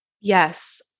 Yes